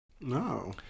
No